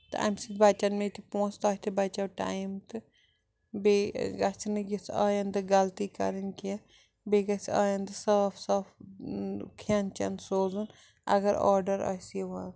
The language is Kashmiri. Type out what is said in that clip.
اَمہِ سۭتۍ بَچَن مےٚ تہِ پۄنٛسہٕ تۄہہِ تہِ بَچو ٹایِم تہٕ بیٚیہِ گَژھِ نہٕ یِژھ آیَندٕ غلطی کَرٕنۍ کیٚنٛہہ بیٚیہِ گَژھِ آیَندٕ صاف صاف کھٮ۪ن چٮ۪ن سوزُن اگر آرڈَر آسہِ یِوان